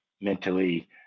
mentally